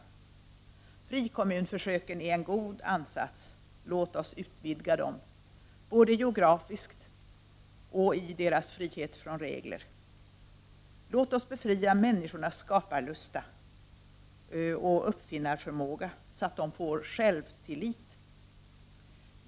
Frikommunförsöken är en god ansats, låt oss utvidga dem både geografiskt och i deras frihet från regler. Låt oss befria människornas skaparlust och uppfinnarförmåga, så att de får självtillit.